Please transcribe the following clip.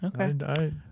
Okay